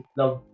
love